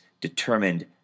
determined